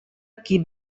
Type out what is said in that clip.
qui